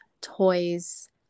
toys